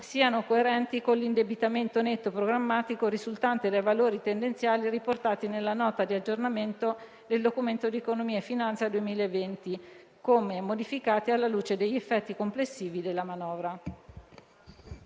siano coerenti con l'indebitamento netto programmatico risultante dai valori tendenziali riportati nella Nota di aggiornamento al Documento di economia e finanza 2020, come modificate alla luce degli effetti complessivi della manovra».